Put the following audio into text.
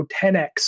10X